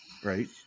Right